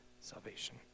salvation